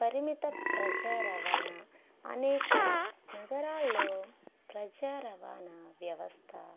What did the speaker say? పరిమిత ప్రజా రవాణా అనేక నగరాల్లో ప్రజా రవాణా వ్యవస్థ